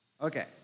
Okay